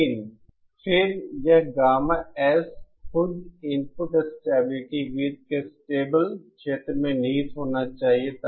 लेकिन फिर यह गामा एस खुद इनपुट स्टेबिलिटी वृत्त के स्टेबल क्षेत्र में निहित होना चाहिए